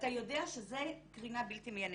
אתה יודע שזה קרינה בלתי מייננת.